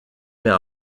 mehr